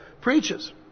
preaches